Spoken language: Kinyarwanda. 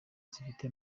zifite